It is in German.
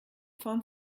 form